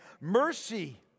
mercy